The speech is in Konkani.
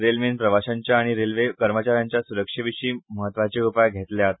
रेल्वेन प्रवाशांच्या आनी रेल्वे कर्मचा यांच्या सुरक्षे विशीं महत्वाचे उपाय घेतल्यात